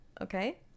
Okay